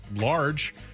large